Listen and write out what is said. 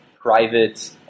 private